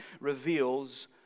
reveals